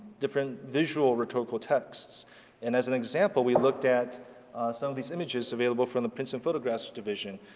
different visual rhetorical texts and as an example, we looked at some of these images available from the prints and photographs division.